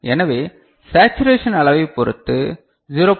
எனவே சேச்சுரேஷன் அளவைப் பொறுத்து 0